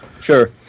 Sure